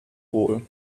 wohl